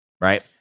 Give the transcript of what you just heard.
Right